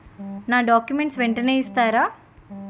నా డాక్యుమెంట్స్ వెంటనే ఇస్తారా?